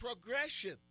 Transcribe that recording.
progression